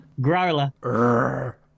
Growler